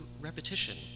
repetition